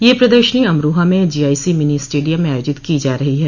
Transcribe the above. यह प्रदर्शनी अमरोहा में जीआईसी मिनी स्टेडियम में आयोजित की जा रही है